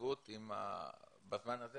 החשיבות בזמן הזה,